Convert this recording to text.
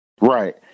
Right